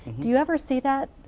do you ever see that?